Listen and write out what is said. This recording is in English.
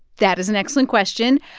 that is an excellent question.